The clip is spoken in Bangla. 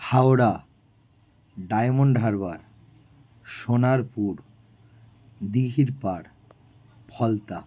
হাওড়া ডায়মন্ড হারবার সোনারপুর দীঘির পাড় ফলতা